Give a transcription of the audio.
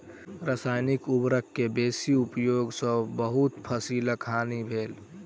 रसायनिक उर्वरक के बेसी उपयोग सॅ बहुत फसीलक हानि भेल